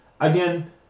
Again